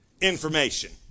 information